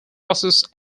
buses